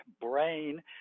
brain